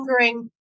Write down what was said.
angering